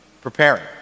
preparing